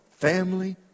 family